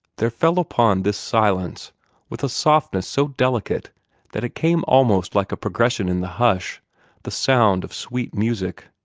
there fell upon this silence with a softness so delicate that it came almost like a progression in the hush the sound of sweet music.